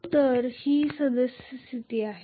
तर ही सद्यस्थिती आहे